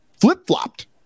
flip-flopped